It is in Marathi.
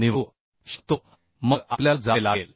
निवडू शकतो मग आपल्याला जावे लागेल